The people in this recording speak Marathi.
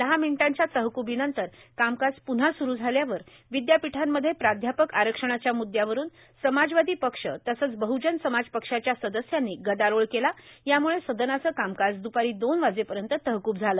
दहा मिनिटांच्या तहक्बीनंतर कामकाज प्न्हा स्रू झाल्यावर विद्यापीठांमध्ये प्राध्यापक आरक्षणाच्या मूद्यावरून समाजवादी पक्ष तसंच बहजन समाज पक्षाच्या सदस्यांनी गदारोळ केला यामुळे सदनाचं कामकाज दुपारी दोनवाजेपर्यंत तहकूब झालं